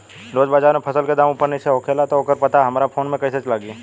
रोज़ बाज़ार मे फसल के दाम ऊपर नीचे होखेला त ओकर पता हमरा फोन मे कैसे लागी?